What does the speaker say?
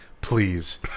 please